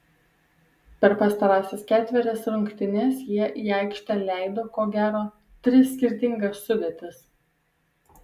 per pastarąsias ketverias rungtynes jie į aikštę leido ko gero tris skirtingas sudėtis